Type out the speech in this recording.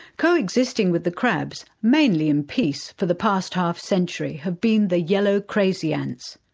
co-existing with the crabs, mainly in peace, for the past half-century have been the yellow crazy ants.